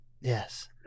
Yes